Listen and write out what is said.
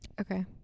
Okay